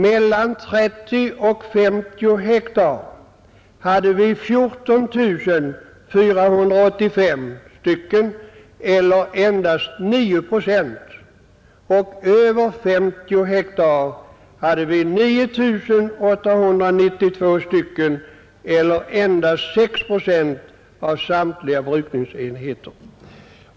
Mellan 30 och 50 hektar hade 14 485 eller endast 9 procent, och över 50 hektar hade 9 892 eller endast 6 procent av samtliga brukningsenheter.